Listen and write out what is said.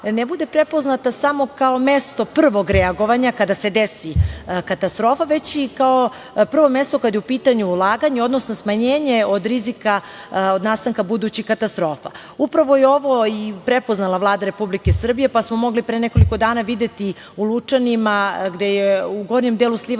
ne bude prepoznata samo kao mesto prvog reagovanja kada se desi katastrofa, već na prvom mestu kada je u pitanju ulaganje, odnosno smanjenje od rizika od nastanka budućih katastrofa. Upravo je ovo prepoznala Vlada Republike Srbije, pa smo mogli pre nekoliko dana videti u Lučanima, gde je u gornjem delu sliva